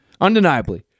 undeniably